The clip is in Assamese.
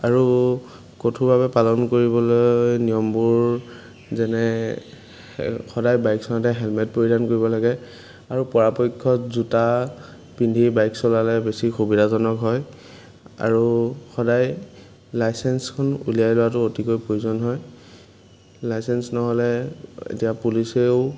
আৰু কঠোৰভাৱে পালন কৰিবলৈ নিয়মবোৰ যেনে সদায় বাইক চলাওঁতে হেলমেট পৰিধান কৰিব লাগে আৰু পৰাপক্ষত জোতা পিন্ধি বাইক চলালে বেছি সুবিধাজনক হয় আৰু সদায় লাইচেঞ্চখন উলিয়াই লোৱাতো অতিকৈ প্ৰয়োজন হয় লাইচেঞ্চ নহ'লে এতিয়া পুলিচেও